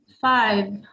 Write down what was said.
five